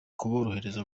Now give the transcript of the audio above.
kuborohereza